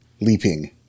leaping